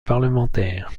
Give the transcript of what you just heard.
parlementaire